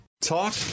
Talk